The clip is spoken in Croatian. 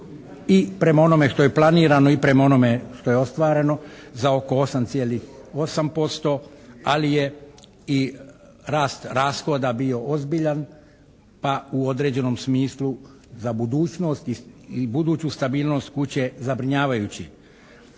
i prema onome što je planirano i prema onome što je ostvareno za oko 8,8% ali je i rast rashoda bio ozbiljan pa u određenom smislu za budućnost i buduću stabilnost kuće zabrinjavajući.